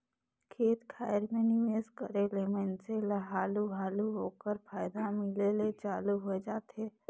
खेत खाएर में निवेस करे ले मइनसे ल हालु हालु ओकर फयदा मिले ले चालू होए जाथे